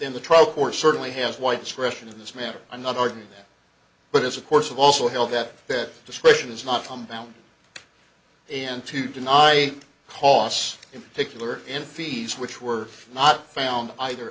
court certainly has white discretion in this matter i'm not arguing that but as a course of also held that that discretion is not come down and to deny costs in particular in fees which were not found either